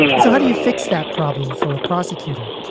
so how do you fix that problem for a prosecutor?